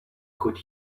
could